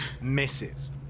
misses